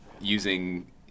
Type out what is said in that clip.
using